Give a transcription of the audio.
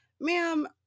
ma'am